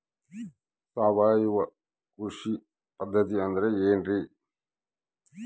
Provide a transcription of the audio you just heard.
ಸಾವಯವ ಕೃಷಿ ಪದ್ಧತಿ ಅಂದ್ರೆ ಏನ್ರಿ?